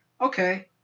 Okay